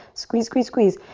squeeze, squeeze, squeeze.